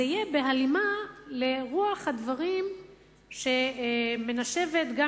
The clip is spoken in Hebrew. זה יהיה בהלימה לרוח הדברים שמנשבת גם